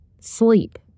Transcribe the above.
Sleep